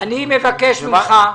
אני מבקש ממך,